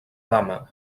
dama